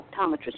optometrist